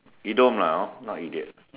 idiom lah hor not idiot